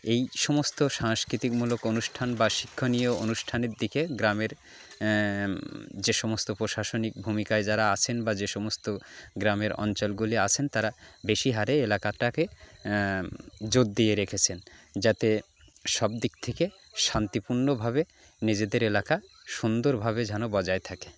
এই সমস্ত সংস্কৃতিমূলক অনুষ্ঠান বা শিক্ষণীয় অনুষ্ঠানের দিকে গ্রামের যে সমস্ত প্রশাসনিক ভূমিকায় যারা আছেন বা যে সমস্ত গ্রামের অঞ্চলগুলি আছেন তারা বেশি হারে এলাকাটাকে জোর দিয়ে রেখেছেন যাতে সব দিক থেকে শান্তিপূর্ণভাবে নিজেদের এলাকা সুন্দরভাবে যেন বজায় থাকে